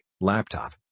laptop